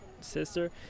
sister